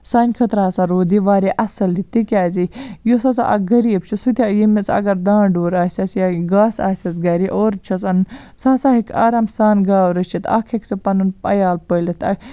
سانہِ خٲطرٕ ہَسا روٗد یہِ واریاہ اصل یہِ تِکیازِ یُس ہَسا اَکھ غریٖب چھُ سُہ تہِ ییٚمِس اَگر دان ڈوٗر آسٮ۪س یا گاسہٕ آسٮ۪س گَرِ اورٕ چھس اَنٕنۍ سُہ ہَسا ہیٚکہِ آرام سان گاو رٔچھِتھ اَکھ ہیٚکہِ سُہ پَنُن عیال پٲلِتھ